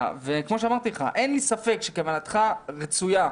וכמו שאמרתי לך, אין לי ספק שכוונתך רצויה,